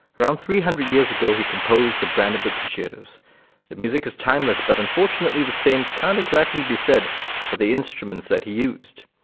around three hundred years ago, he composed the brandenburg concertos the music is timeless, but unfortunately the same can't exactly be said for the instruments he used.